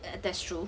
ya that's true